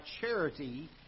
charity